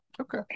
okay